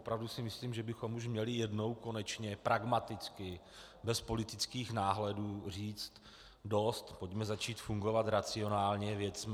Opravdu si myslím, že bychom už měli jednou konečně pragmaticky bez politických náhledů říct dost, pojďme začít fungovat racionálně, věcně.